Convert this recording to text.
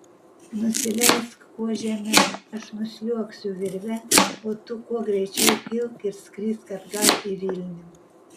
nusileisk kuo žemiau aš nusliuogsiu virve o tu kuo greičiau kilk ir skrisk atgal į vilnių